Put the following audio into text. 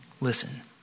Listen